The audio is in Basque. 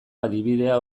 adibidea